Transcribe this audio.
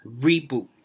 reboot